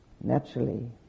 Naturally